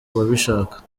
babishaka